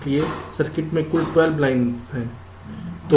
इसलिए सर्किट में कुल 12 लाइनें हैं